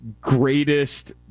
greatest